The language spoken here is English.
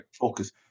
focus